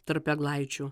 tarp eglaičių